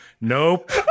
Nope